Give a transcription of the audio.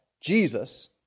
Jesus